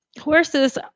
horses